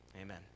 Amen